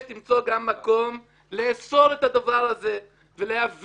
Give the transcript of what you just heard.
יש למצוא גם מקום לאסור את הדבר הזה ולהיאבק